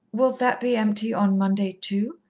will that be empty on monday, too?